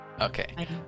Okay